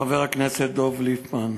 חבר הכנסת דב ליפמן,